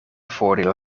voordeel